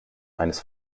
eines